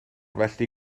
felly